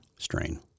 strain